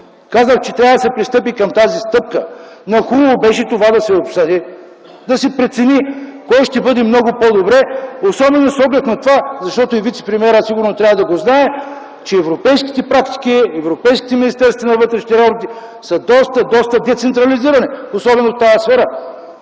казах, че трябва да се пристъпи към тази стъпка. Хубаво беше това да се обсъди, да се прецени кой модел ще бъде много по добър, особено с оглед на това, което и вицепремиерът сигурно трябва да го знае, че европейските практики, европейските министерства на вътрешните работи са доста, доста децентрализирани особено в тази сфера.